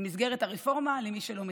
במסגרת הרפורמה, למי שלא מכיר.